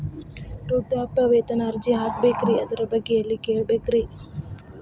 ವೃದ್ಧಾಪ್ಯವೇತನ ಅರ್ಜಿ ಹಾಕಬೇಕ್ರಿ ಅದರ ಬಗ್ಗೆ ಎಲ್ಲಿ ಕೇಳಬೇಕ್ರಿ?